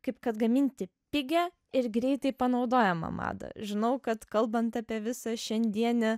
kaip kad gaminti pigią ir greitai panaudojamą madą žinau kad kalbant apie visą šiandienį